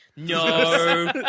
No